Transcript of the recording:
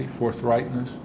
forthrightness